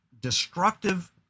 destructive